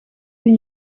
een